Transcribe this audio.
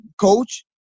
coach